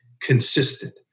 consistent